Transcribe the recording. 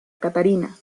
catarina